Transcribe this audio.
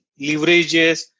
leverages